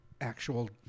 actual